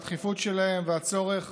הדחיפות שלהן והצורך